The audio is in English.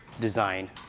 design